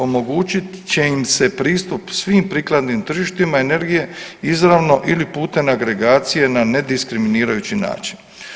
Omogućit će im se pristup svim prikladnim tržištima energije izravno ili putem agregacije na ne diskriminirajući način.